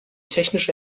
technische